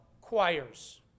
choirs